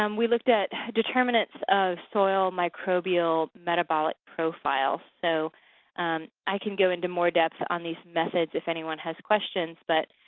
um we looked at determinants of soil microbial metabolic profiles, so i can go into more depth on these methods if anyone has questions, but